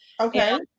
Okay